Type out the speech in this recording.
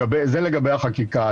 זה לגבי החקיקה.